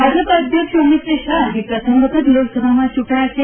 ભાજપ અધ્યક્ષ અમિત શાહ જે પ્રથમ વખત લોકસભામાં ચૂંટાયા છે